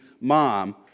mom